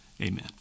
Amen